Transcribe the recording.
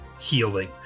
healing